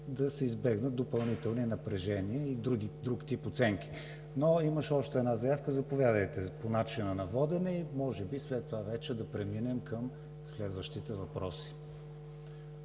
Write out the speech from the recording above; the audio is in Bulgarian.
да се избегнат допълнителни напрежения и друг тип оценки. Имаше още една заявка. Заповядайте по начина на водене и може би след това вече да преминем към следващите въпроси,